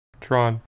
Tron